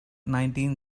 nineteen